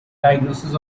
diagnosis